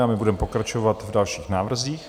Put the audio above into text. A my budeme pokračovat v dalších návrzích.